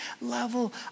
level